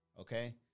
Okay